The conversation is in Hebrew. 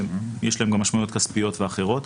ויש להם גם משמעויות כספיות ואחרות.